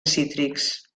cítrics